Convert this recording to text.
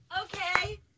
Okay